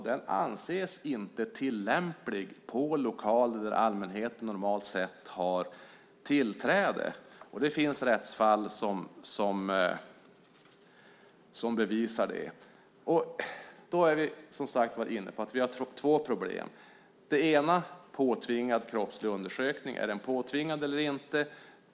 Den anses inte tillämplig på lokaler dit allmänheten normalt sett har tillträde. Det finns rättsfall som visar det. Vi har alltså två problem. Det ena handlar om påtvingad kroppslig undersökning. Är den påtvingad eller inte?